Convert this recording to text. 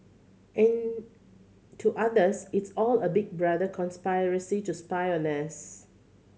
and to others it's all a Big Brother conspiracy to spy on